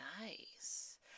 nice